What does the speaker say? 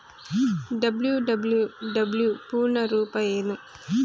WWW ಪೂರ್ಣ ರೂಪ ಏನು?